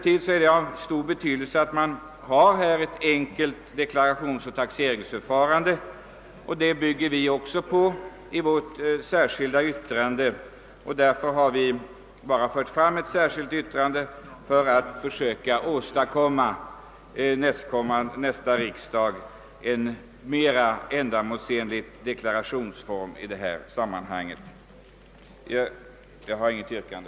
Det är emellertid av stor betydelse, att man på detta området har ett enkelt deklarationsoch taxeringsförfarande. Därför har vi inte reserverat oss utan endast fogat ett särskilt yttrande till betänkandet. Vår avsikt är att till nästa års riksdag försöka framlägga ett förslag om ett mer ändamålsenligt deklarationsförfarande på detta område. Herr talman! Jag har inget yrkande.